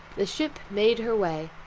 the ship made her way.